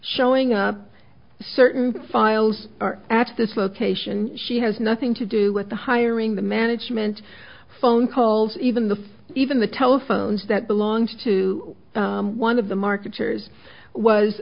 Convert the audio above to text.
showing up certain files are at this location she has nothing to do with the hiring the management phone calls even the even the telephones that belonged to one of the marketers was